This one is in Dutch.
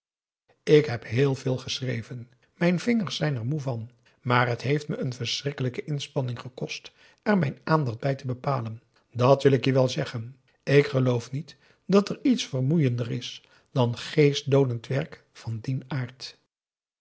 ik heb heel veel geschreven mijn vingers zijn er moe van maar het heeft me een verschrikkelijke inspanning gekost er mijn aandacht bij te bepalen dàt wil ik je wel zeggen ik geloof niet dat er iets vermoeiender is dan geestdoodend werk van dien aard